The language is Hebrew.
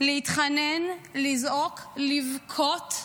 להתחנן, לזעוק, לבכות,